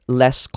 less